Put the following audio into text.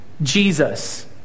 Jesus